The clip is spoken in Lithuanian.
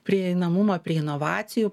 prieinamumą prie inovacijų